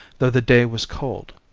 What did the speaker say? though the day was cold.